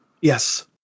yes